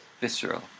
Visceral